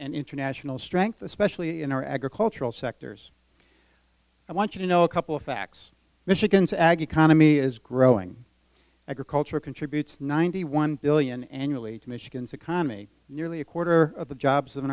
and international strength especially in our agricultural sectors i want you to know a couple of facts michigan's ag economy is growing a culture contributes ninety one billion annually to michigan's economy nearly a quarter of the jobs in